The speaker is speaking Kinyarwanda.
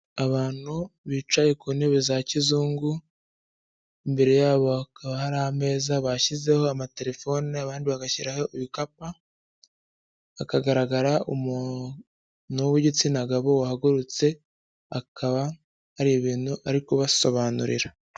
Abantu bicaye ku ntebe za kizungu imbere yabo hakaba hari ameza bashyizeho amatelefone, abandi bagashyiraho ibikapu. Hakagaragara umuntu w'igitsina gabo wahagurutse akaba hari ibintu ari kubasobanurira.